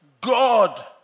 God